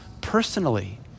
personally